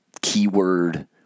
keyword